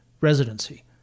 residency